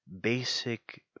basic